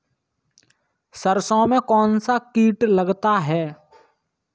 सरसों में कौनसा कीट लगता है?